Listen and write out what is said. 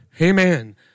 Amen